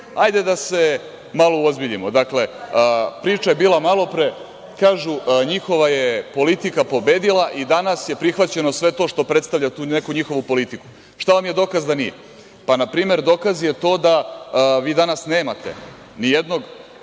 da se malo uozbiljimo. Dakle, priča je bila malopre, kažu – njihova je politika pobedila i danas je prihvaćeno sve to što predstavlja tu neku njihovu politiku. Šta vam je dokaz da nije? Pa, na primer, dokaz je to da vi danas nemate nijednog